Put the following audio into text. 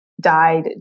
died